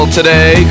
today